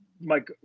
Mike